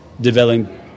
developing